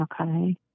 okay